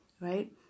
right